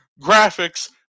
graphics